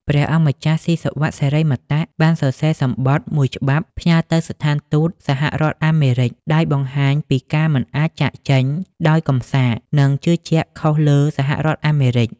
ព្រះអង្គម្ចាស់ ស៊ីសុវត្ថិ សិរិមតៈ បានសរសេរសំបុត្រមួយច្បាប់ផ្ញើទៅស្ថានទូតសហរដ្ឋអាមេរិក ដោយបង្ហាញពីការមិនអាចចាកចេញដោយកំសាក និងការជឿជាក់ខុសលើសហរដ្ឋអាមេរិក។